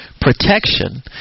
protection